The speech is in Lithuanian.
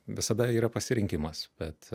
visada yra pasirinkimas bet